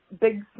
Big